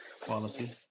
quality